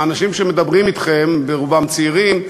האנשים שמדברים אתכם, רובם צעירים,